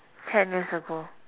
ten years ago